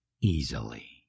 easily